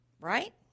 Right